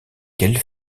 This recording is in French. qu’elle